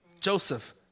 Joseph